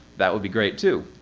that would be great too.